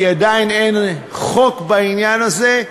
כי עדיין אין חוק בעניין הזה,